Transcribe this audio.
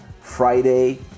Friday